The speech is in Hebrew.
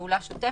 פעולה שוטפת,